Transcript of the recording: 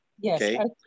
Yes